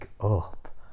up